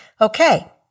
Okay